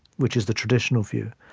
which is the traditional view,